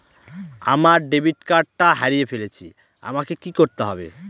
আমার ডেবিট কার্ডটা হারিয়ে ফেলেছি আমাকে কি করতে হবে?